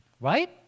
right